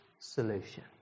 solution